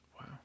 Wow